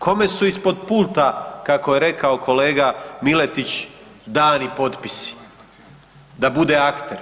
Kome su ispod pulta, kako je rekao kolega Miletić, dani potpisi da bude akter?